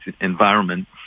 environment